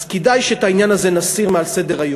אז כדאי שאת העניין הזה נסיר מסדר-היום.